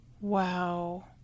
Wow